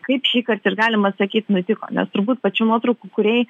kaip šįkart ir galima sakyt nutiko nes turbūt pačių nuotraukų kūrėjai